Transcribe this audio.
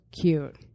cute